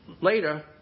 later